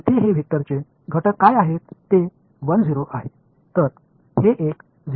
तर येथे हे वेक्टरचे घटक काय आहेत ते 1 0 आहे